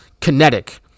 kinetic